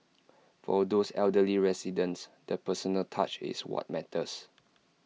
for these elderly residents the personal touch is what matters